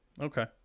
Okay